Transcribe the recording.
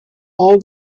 all